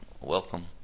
Welcome